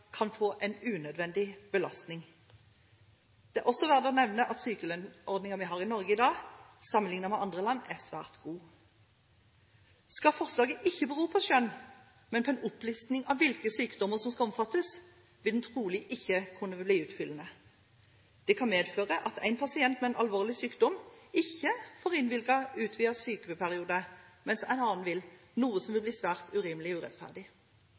kan få en unødvendig belastning. Det er også verdt å nevne at sykelønnsordningen som vi har i Norge i dag, sammenlignet med andre land, er svært god. Skal forslaget ikke bero på skjønn, men på en opplisting av hvilke sykdommer som skal omfattes, vil den trolig ikke kunne bli utfyllende. Det kan medføre at en pasient med en alvorlig sykdom ikke får innvilget utvidet sykepengeperiode, mens en annen vil få det – noe som vil bli svært urimelig og urettferdig.